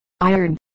iron